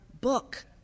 book